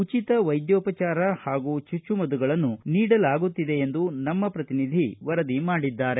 ಉಚಿತ ವೈದ್ಯೋಪಚಾರ ಹಾಗೂ ಚುಚ್ಚುಮದ್ದುಗಳನ್ನು ನೀಡಲಾಗುತ್ತಿದೆ ಎಂದು ನಮ್ಮ ಪ್ರತಿನಿಧಿ ವರದಿ ಮಾಡಿದ್ದಾರೆ